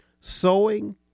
Sowing